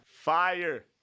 Fire